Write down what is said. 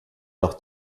noch